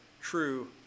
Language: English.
true